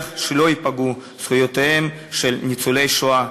שלא ייפגעו זכויותיהם של ניצולי השואה,